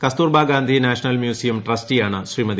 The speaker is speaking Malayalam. കസ്തൂർബാ ർട്ട്സ്ി നാഷണൽ മ്യൂസിയം ട്രസ്റ്റിയാണ് ശ്രീമതി